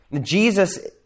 Jesus